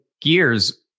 gears